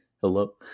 hello